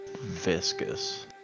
Viscous